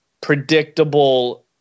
predictable